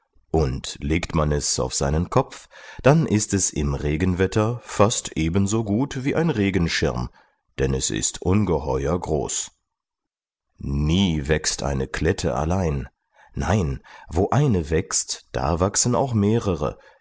und legt man es auf seinen kopf dann ist es im regenwetter fast ebenso gut wie ein regenschirm denn es ist ungeheuer groß nie wächst eine klette allein nein wo eine wächst da wachsen auch mehrere